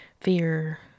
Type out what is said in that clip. fear